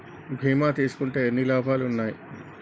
బీమా తీసుకుంటే ఎన్ని లాభాలు ఉన్నాయి?